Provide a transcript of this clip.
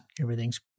Everything's